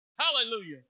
hallelujah